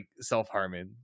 self-harming